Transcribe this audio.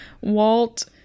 Walt